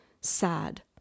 sad